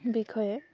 বিষয়ে